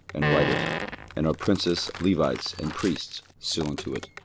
and write it and our princes, levites, and priests, seal unto it.